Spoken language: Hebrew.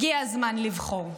הגיע הזמן לבחור.